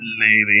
lady